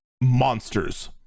monsters